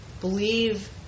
Believe